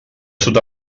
sud